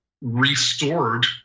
restored